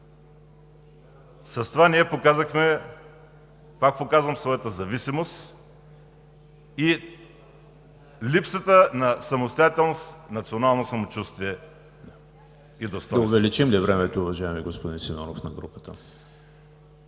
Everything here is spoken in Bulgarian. С това показахме, пак го казвам, своята зависимост и липсата на самостоятелност, национално самочувствие и достойнство.